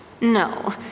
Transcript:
No